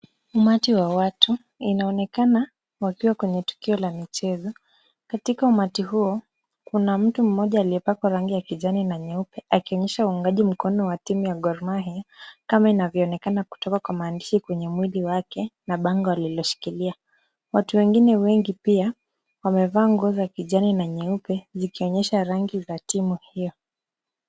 Umati wa watu, inaonekana wakiwa tukio la michezo, Katika umati huo, kuna mtu mmoja aliyepaka rangi ya kijani na nyeupe akionyesha uungaji mkono wa timu ya Ghormaia, kama inavyoonekana kutoka kwa maandishi kwenye muda wake na bango la kusikiliza, watu wengine wengi pia wamevaa ngua za kijani na nyeupe zikionyesha rangi za timu hiyo.